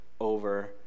over